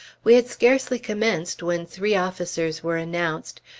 we had scarcely commenced when three officers were announced,